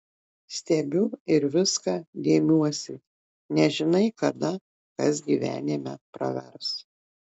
stebiu ir viską dėmiuosi nežinai kada kas gyvenime pravers